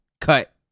cut